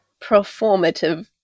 performative